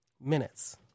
minutes